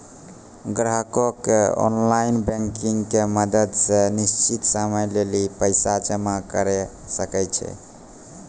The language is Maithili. ग्राहकें ऑनलाइन बैंकिंग के मदत से निश्चित समय लेली पैसा जमा करै सकै छै